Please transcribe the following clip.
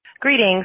Greetings